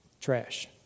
trash